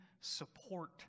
support